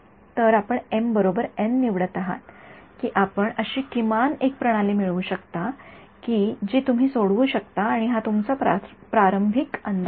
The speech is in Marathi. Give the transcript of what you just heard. तर आपण एम एन निवडत आहात की आपण अशी किमान एक प्रणाली मिळवू शकता जी तुम्ही सोडवू शकता आणि हा तुमचा प्रारंभिक अंदाज आहे